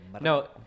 no